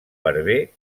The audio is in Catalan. barber